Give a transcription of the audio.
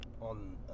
On